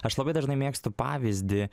aš labai dažnai mėgstu pavyzdį